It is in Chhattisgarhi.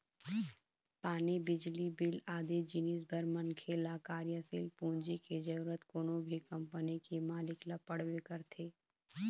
पानी, बिजली बिल आदि जिनिस बर मनखे ल कार्यसील पूंजी के जरुरत कोनो भी कंपनी के मालिक ल पड़बे करथे